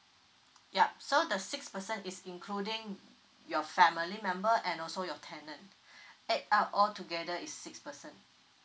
yup so the six person is including your family member and also your tenant add up all together is six person